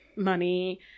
money